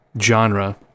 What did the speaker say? genre